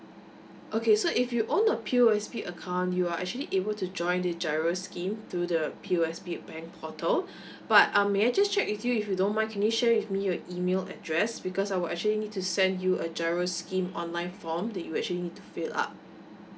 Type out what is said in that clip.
okay so if you own P_U_S_B account you are actually able to join the G_I_R_O scheme through the P_U_S_B bank portal but um may I just check if you if you don't mind can you share with me your email address because I will actually need to send you a G_I_R_O scheme online form that you actually need to fill up